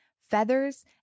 feathers